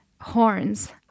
horns